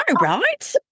right